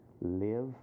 live